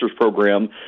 program